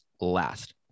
last